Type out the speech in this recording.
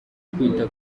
kwita